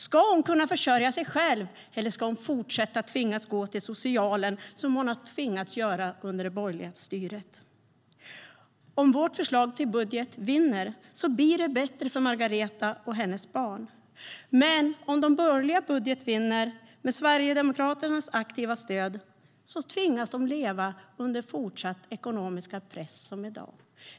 Ska hon kunna försörja sig själv eller fortsätta tvingas gå till socialen som under det borgerliga styret? Om vårt förslag till budget vinner blir det bättre för Margaretha och hennes barn. Men om de borgerligas budget vinner, med Sverigedemokraternas aktiva stöd, tvingas de fortsätta leva under samma ekonomiska press som i dag.